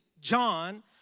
John